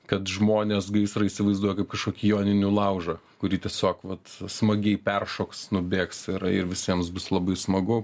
kad žmonės gaisrą įsivaizduoja kaip kažkokį joninių laužą kurį tiesiog vat smagiai peršoksi nubėgsi ir ir visiems bus labai smagu